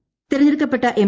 ്തെരഞ്ഞെടുക്കപ്പെട്ട M